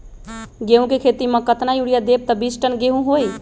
गेंहू क खेती म केतना यूरिया देब त बिस टन गेहूं होई?